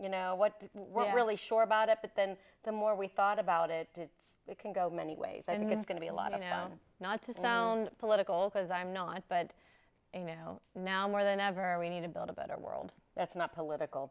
you know what we're really sure about it but then the more we thought about it it's we can go many ways and it's going to be a lot of know not to sound political because i'm not but you know now more than ever we need to build a better world that's not political